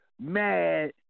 mad